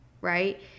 right